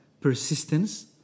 persistence